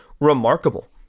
remarkable